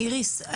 איריס,